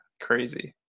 crazy